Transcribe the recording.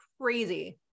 crazy